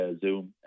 Zoom